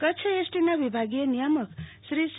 કચ્છ એસટીના વિભાગીય નિયામક શ્રી સી